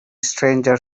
stranger